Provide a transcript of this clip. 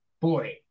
boy